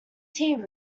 tea